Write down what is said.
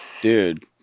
Dude